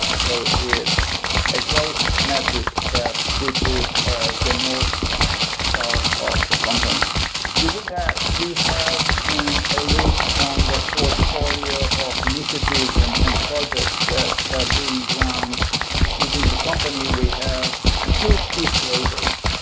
so it's a growth metric that we put as the north star of the company within that, we have went a look on the portfolio of initiatives and and projects that are ah being run within the company. we have two key flavors.